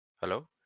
Hello